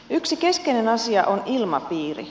yksi keskeinen asia on ilmapiiri